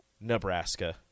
Nebraska